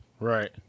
Right